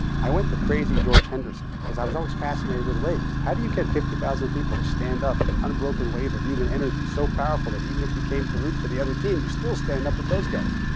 i went to crazy george henderson, because i was always fascinated with waves. how do you get fifty thousand people to stand up in an unbroken wave of human energy so powerful that even if you came to root for the other team you still stand up with those guys?